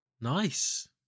Nice